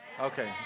okay